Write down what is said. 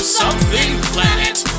something—planet